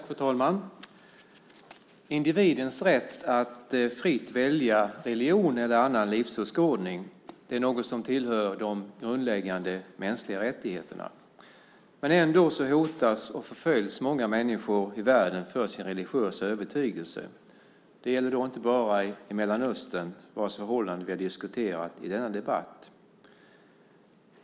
Fru talman! Individens rätt att fritt välja religion eller annan livsåskådning är något som tillhör de grundläggande mänskliga rättigheterna. Ändå hotas och förföljs många människor i världen för sin religiösa övertygelse. Det gäller inte bara i Mellanöstern, vars roll vi har diskuterat i denna debatt.